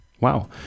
Wow